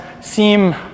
seem